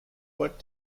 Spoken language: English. what